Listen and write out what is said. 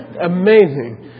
amazing